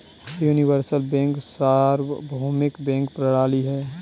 universal bank सार्वभौमिक bank प्रणाली है